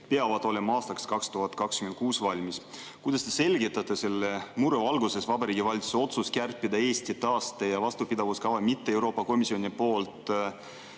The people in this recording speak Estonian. peavad olema aastaks 2026 valmis." Kuidas te selgitate selle mure valguses Vabariigi Valitsuse otsust kärpida Eesti taaste- ja vastupidavuskava mitte Euroopa Komisjoni poolt